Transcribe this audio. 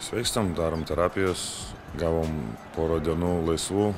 sveikstam darom terapijas gavom porą dienų laisvų